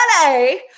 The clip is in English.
today